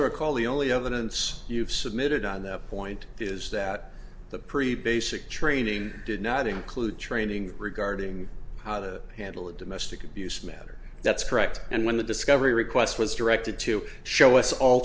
i recall the only evidence you've submitted on the point is that the pre pay sic training did not include training regarding how to handle a domestic abuse matter that's correct and when the discovery request was directed to show us all